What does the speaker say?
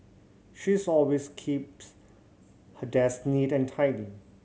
she's always keeps her desk neat and tidy